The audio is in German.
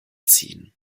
ziehen